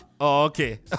Okay